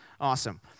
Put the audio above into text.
Awesome